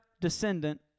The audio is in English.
descendant